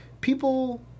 people